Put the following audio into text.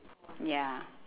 ya